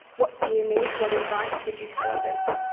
what do you need, what advice would you tell others?